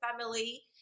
family